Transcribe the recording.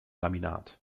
laminat